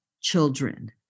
children